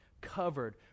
covered